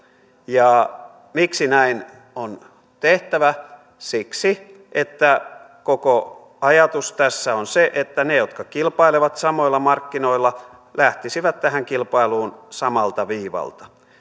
ja miksi näin on tehtävä siksi että koko ajatus tässä on se että ne jotka kilpailevat samoilla markkinoilla lähtisivät tähän kilpailuun samalta viivalta